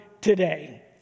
today